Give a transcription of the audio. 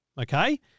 Okay